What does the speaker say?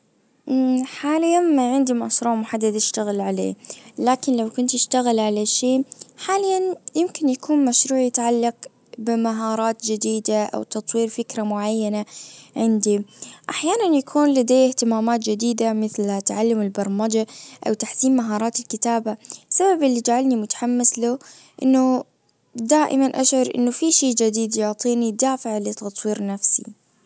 حاليا ما عندي مشروع محدد اشتغل عليه لكن لو كنت اشتغل على شي حاليا يمكن يكون مشروع يتعلق بمهارات جديدة او تطوير فكرة معينة عندي احيانا يكون لديه اهتمامات جديدة مثل تعلم البرمجة او تحسين مهارات الكتابة السبب اللي جعلني متحمس له انه دائما اشعر انه في شي جديد يعطيني دافع لتطوير نفسي